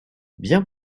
bien